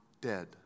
dead